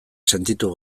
sentitu